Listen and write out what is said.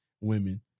women